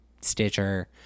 Stitcher